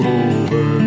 over